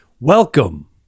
welcome